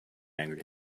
angry